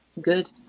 good